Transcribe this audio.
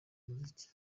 muziki